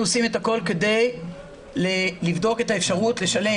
אנחנו עושים את הכול כדי לבדוק את האפשרות לשלם